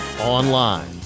Online